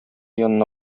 янына